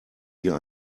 wir